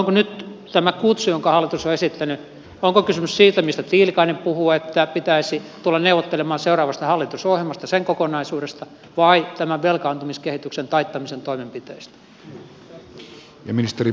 onko nyt tässä kutsussa jonka hallitus on esittänyt kysymys siitä mistä tiilikainen puhuu että pitäisi tulla neuvottelemaan seuraavasta hallitusohjelmasta sen kokonaisuudesta vai tämän velkaantumiskehityksen taittamisen toimenpiteistä